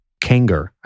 Kanger